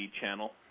channel